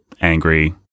angry